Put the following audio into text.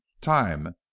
time